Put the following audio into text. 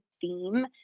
theme